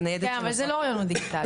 זה ניידת --- זה לא אוריינות דיגיטלית,